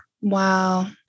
Wow